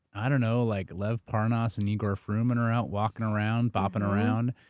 i don't know, like lev parnas and igor fruman are out walking around, bopping around.